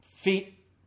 Feet